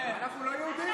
אנחנו לא יהודים?